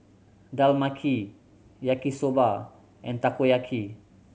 Dal Makhani Yaki Soba and Takoyaki